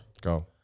Go